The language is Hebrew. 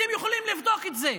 אתם יכולים לבדוק את זה.